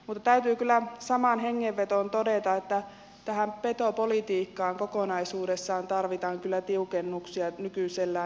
mutta täytyy kyllä samaan hengenvetoon todeta että tähän petopolitiikkaan kokonaisuudessaan tarvitaan tiukennuksia nykyisellään